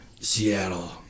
Seattle